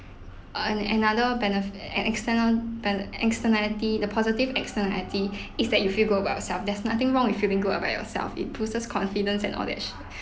err another benefit an external ben~ externality the positive externality is that if you feel good about yourself there's nothing wrong with feeling good about yourself it boosts confidence and all that shi~